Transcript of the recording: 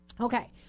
Okay